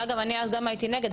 אגב, אני אז הייתי נגד,